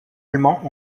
allemands